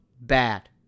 bad